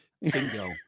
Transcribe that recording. bingo